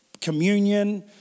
communion